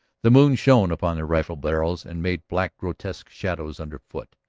the moon shone upon their rifle-barrels and made black, grotesque shadows underfoot.